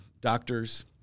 doctors